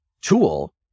tool